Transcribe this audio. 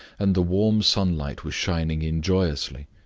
and the warm sunlight was shining in joyously.